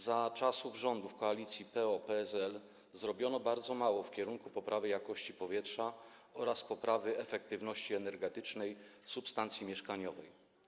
Za czasów rządów koalicji PO-PSL zrobiono bardzo mało na rzecz poprawy jakości powietrza oraz poprawy efektywności energetycznej substancji mieszkaniowej.